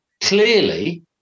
clearly